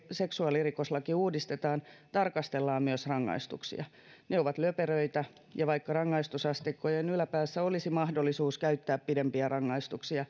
seksuaalirikoslaki uudistetaan tarkastellaan myös rangaistuksia ne ovat löperöitä ja vaikka rangaistusasteikkojen yläpäässä olisi mahdollisuus käyttää pidempiä rangaistuksia